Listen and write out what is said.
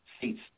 seats